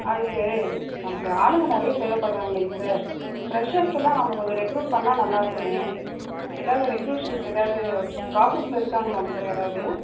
அதுக்கு நமக்கு ஆளுங்க நிறைய தேவைப்பட்றாங்களேங்க சார் ஃப்ரெஷர்ஸ்க்கு எல்லாம் நாம கொஞ்சம் ரெக்ரூட் பண்ணா நல்லா இருக்குமே எதாவது ரெக்ரூஷன்க்கு எதாவது ப்ராஸஸில் இருக்காங்களாங்க சார் யாராவது